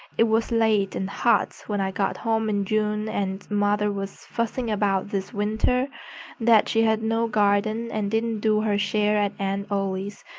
it was late and hot when i got home in june and mother was fussing about this winter that she had no garden and didn't do her share at aunt ollie's,